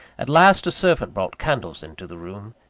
at last, a servant brought candles into the room,